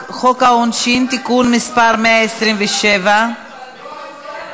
חבר הכנסת יואל חסון, אינו נוכח.